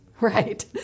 right